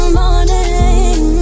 morning